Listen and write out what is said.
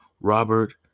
Robert